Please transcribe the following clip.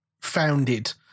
Founded